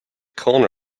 corner